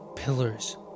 Pillars